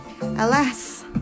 Alas